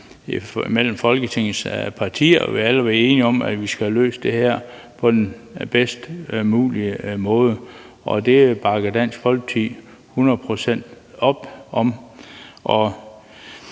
mellem Folketingets partier. Vi har alle været enige om, at vi skal have løst det her på den bedst mulige måde, og det bakker Dansk Folkeparti hundrede procent op om.